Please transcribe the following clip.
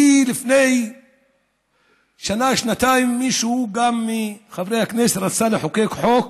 ולפני שנה-שנתיים מישהו מחברי הכנסת גם רצה לחוקק חוק,